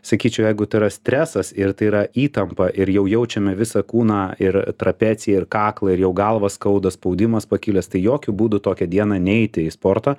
sakyčiau jeigu tai yra stresas ir tai yra įtampa ir jau jaučiame visą kūną ir trapeciją ir kaklą ir jau galvą skauda spaudimas pakilęs tai jokiu būdu tokią dieną neiti į sportą